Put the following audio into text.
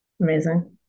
Amazing